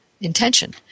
intention